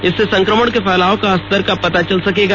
इससे संक्रमण के फैलाव के स्तर का पता चल सकेगा